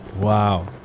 Wow